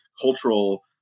cultural